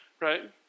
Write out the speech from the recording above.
Right